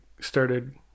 started